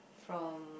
from